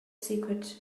secret